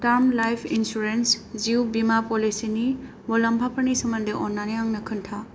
term life insurance जिउ बीमा पलिसिनि मुलाम्फाफोरनि सोमोन्दै अन्नानै आंनो खोनथा